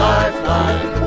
Lifeline